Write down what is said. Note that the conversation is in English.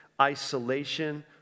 isolation